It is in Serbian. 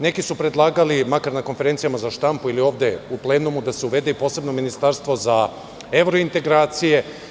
Neki su predlagali, makar na konferencijama za štampu ili ovde u plenumu, da se uvede i posebno ministarstvo za evrointegracije.